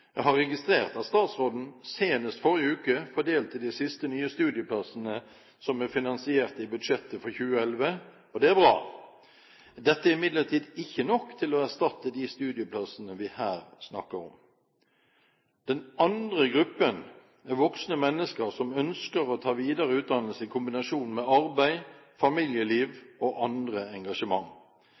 Jeg har registrert at statsråden senest i forrige uke fordelte de siste nye studieplassene som er finansiert i budsjettet for 2011, og det er bra. Dette er imidlertid ikke nok til å erstatte de studieplassene vi her snakker om. Den andre gruppen er voksne mennesker som ønsker å ta videre utdannelse i kombinasjon med arbeid, familieliv og andre engasjement.